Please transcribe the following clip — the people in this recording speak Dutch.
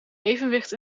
evenwicht